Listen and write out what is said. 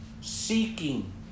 seeking